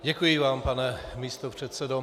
Děkuji vám, pane místopředsedo.